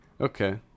Okay